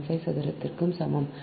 75 சதுரத்திற்கும் சமம்